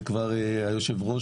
וכבר סיפרתי על כך ליושב-ראש,